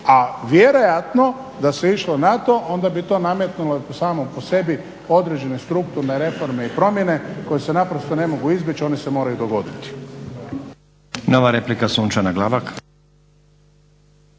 a vjerojatno da se išlo na to, onda bi to nametnula samo po sebi određene strukturne reforme i promjene koje se naprosto ne mogu izbjeći, one se moraju dogoditi.